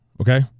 Okay